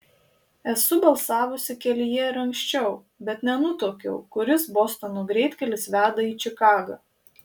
esu balsavusi kelyje ir anksčiau bet nenutuokiu kuris bostono greitkelis veda į čikagą